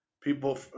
people